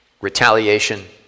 Retaliation